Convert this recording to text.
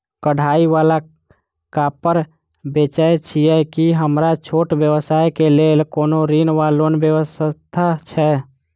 कढ़ाई वला कापड़ बेचै छीयै की हमरा छोट व्यवसाय केँ लेल कोनो ऋण वा लोन व्यवस्था छै?